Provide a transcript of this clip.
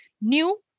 new